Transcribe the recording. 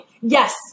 Yes